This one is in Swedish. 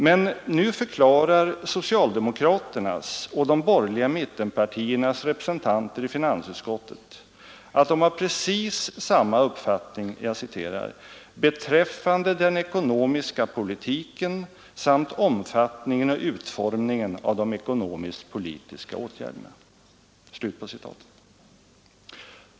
Men nu förklarar socialdemokraternas och de borgerliga mittenpartiernas representanter i finansutskottet att de har precis samma uppfattning ”beträffande den ekonomiska politiken samt omfattningen och utformningen av de ekonomisk-politiska åtgärderna”.